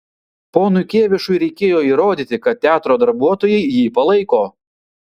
ponui kėvišui reikėjo įrodyti kad teatro darbuotojai jį palaiko